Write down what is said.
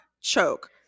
choke